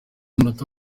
munota